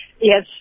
Yes